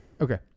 Okay